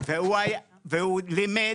והוא לימד,